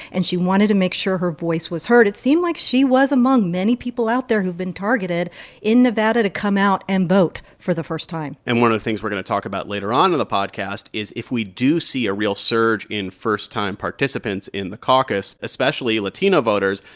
and she wanted to make sure her voice was heard. it seemed like she was among many people out there who've been targeted in nevada to come out and vote for the first time and one of the things we're going to talk about later on in the podcast is if we do see a real surge in first-time participants in the caucus, especially latino voters,